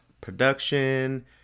production